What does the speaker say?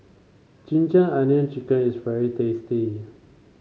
ginger onion chicken is very tasty